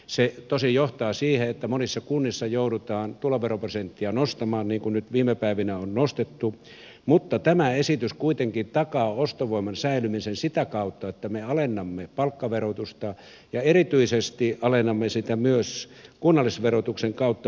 se tosin johtaa siihen että monissa kunnissa joudutaan tuloveroprosenttia nostamaan niin kuin nyt viime päivinä on nostettu mutta tämä esitys kuitenkin takaa ostovoiman säilymisen sitä kautta että me alennamme palkkaverotusta ja erityisesti alennamme sitä myös kunnallisverotuksen kautta pienituloisille